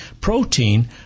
protein